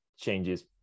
changes